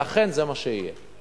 ואכן זה מה שיהיה.